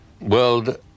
world